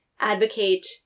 Advocate